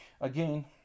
Again